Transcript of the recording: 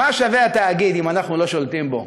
מה שווה התאגיד אם אנחנו לא שולטים בו?